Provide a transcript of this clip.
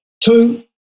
Two